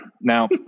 now